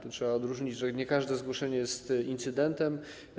Tu trzeba odróżnić: nie każde zgłoszenie jest incydentem.